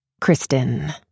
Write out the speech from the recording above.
Kristen